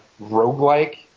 roguelike